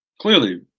clearly